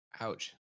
Ouch